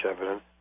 evidence